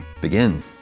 begin